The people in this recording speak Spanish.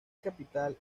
capital